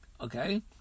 Okay